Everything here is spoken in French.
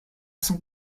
son